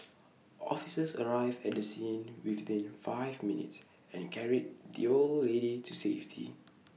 officers arrived at the scene within five minutes and carried the old lady to safety